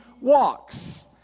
walks